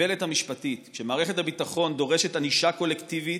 האיוולת המשפטית כשמערכת הביטחון דורשת ענישה קולקטיבית,